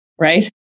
Right